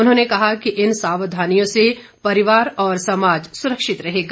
उन्होंने कहा कि इन सावधानियों से परिवार और समाज सुरक्षित रहेगा